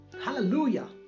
Hallelujah